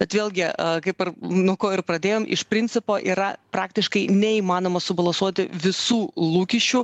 bet vėlgi kaip ir nuo ko ir pradėjom iš principo yra praktiškai neįmanoma subalansuoti visų lūkesčių